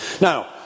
Now